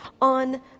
on